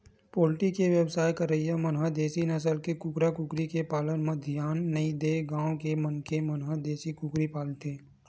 poultry के बेवसाय करइया मन ह देसी नसल के कुकरा कुकरी के पालन म धियान नइ देय गांव के मनखे मन देसी कुकरी पालथे